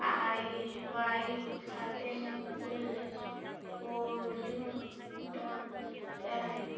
आई Y खाते में में कुल होल्डिंग क्या है